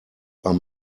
are